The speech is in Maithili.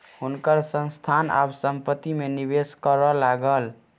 हुनकर संस्थान आब संपत्ति में निवेश करय लागल